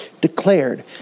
declared